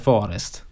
Forest